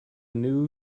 new